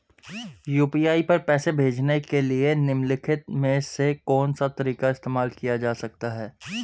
UPI पर पैसे भेजने के लिए निम्नलिखित में से कौन सा तरीका इस्तेमाल किया जा सकता है?